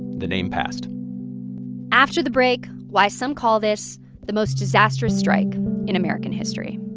the name passed after the break why some call this the most disastrous strike in american history